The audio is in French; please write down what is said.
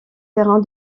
terrain